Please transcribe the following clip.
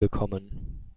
bekommen